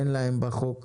אין להם בחוק